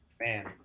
Man